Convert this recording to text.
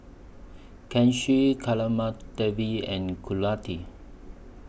Kanshi and